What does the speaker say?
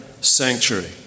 sanctuary